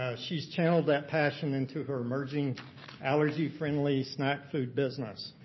ah she's channeled that passion into her emerging allergy-friendly snack food business,